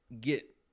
get